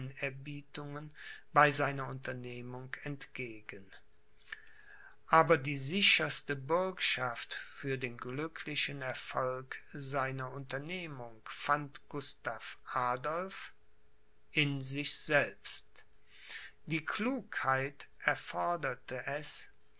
bei seiner unternehmung entgegen aber die sicherste bürgschaft für den glücklichen erfolg seiner unternehmung fand gustav adolph in sich selbst die klugheit erforderte es